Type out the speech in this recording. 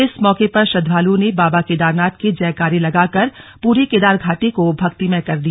इस मौके पर श्रद्वालुओं ने बाबा केदारनाथ के जयकारे लगाकर पूरी केदारघाटी को भक्तिमय कर दिया